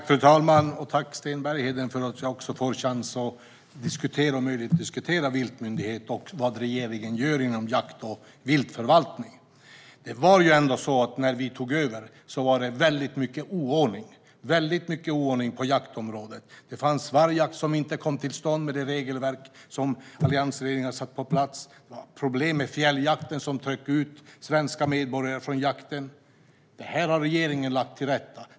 Fru talman! Tack, Sten Bergheden, för att jag får möjlighet att diskutera en viltmyndighet och vad regeringen gör när det gäller jakt och viltförvaltning. När vi tog över var det väldigt mycket oordning på jaktområdet. Det fanns vargjakt som inte kom till stånd med det regelverk som alliansregeringen hade satt på plats. Det fanns problem med fjälljakten, som tryckte ut svenska medborgare från jakten. Detta har regeringen lagt till rätta.